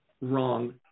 wrong